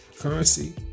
currency